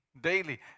daily